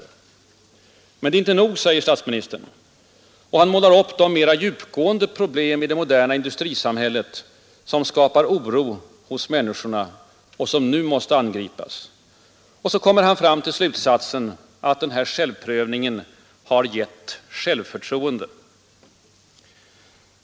Men detta är inte nog, säger statsministern, och han målar upp de mera djupgående problem i det moderna industrisamhället ”som skapar oro hos människorna” och som nu måste angripas. Och så kommer han fram till slutsatsen, att ”självprövningen har gett självförtroende”.